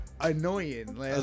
annoying